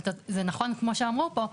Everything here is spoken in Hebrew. אבל זה נכון כמו שאמרו פה,